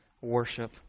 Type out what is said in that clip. worship